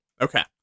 Okay